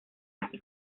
así